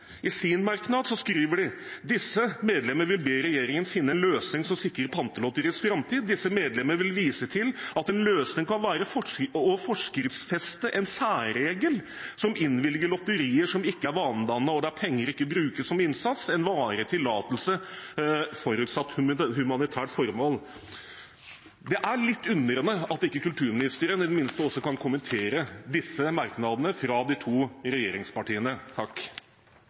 skriver i sin merknad: «Disse medlemmer vil be regjeringen finne en løsning som sikrer Pantelotteriets framtid. Disse medlemmer vil vise til at én løsning kan være å forskriftsfeste en særregel som innvilger lotterier, som ikke er vanedannende og der penger ikke brukes som innsats, en varig tillatelse forutsatt humanitært formål.» Det er litt underlig at kulturministeren ikke en gang kan kommentere disse merknadene fra de to regjeringspartiene.